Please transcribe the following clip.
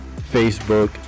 facebook